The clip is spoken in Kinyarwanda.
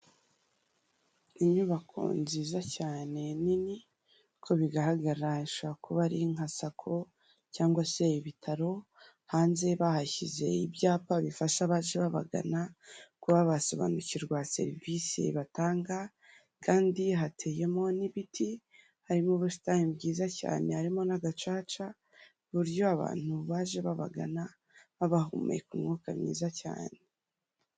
Inyubako nziza cyane nini, uko bigaragara ishobora kuba ari nka sacco, cyangwa se ibitaro, hanze bahashyize ibyapa bifasha abaje babagana, kuba basobanukirwa serivisi batanga, kandi hateyemo n'ibiti, harimo ubusitani bwiza cyane, harimo n'agacaca, ku buryo abantu baje babagana baba bahumeka umwuka mwiza cyane.